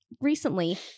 Recently